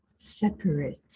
Separate